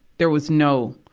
there was no,